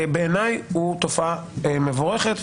בעיניי הוא תופעה מבורכת,